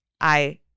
I-